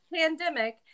pandemic